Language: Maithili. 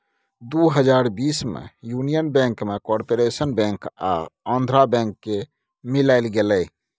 दु हजार बीस मे युनियन बैंक मे कारपोरेशन बैंक आ आंध्रा बैंक केँ मिलाएल गेलै